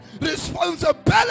responsibility